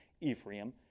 Ephraim